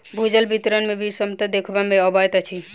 भूजलक वितरण मे विषमता देखबा मे अबैत अछि